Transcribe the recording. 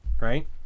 Right